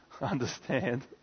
understand